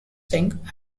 sing